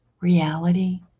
reality